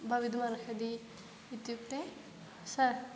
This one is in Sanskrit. भवितुमर्हन्ति इत्युक्ते स